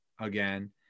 again